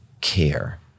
care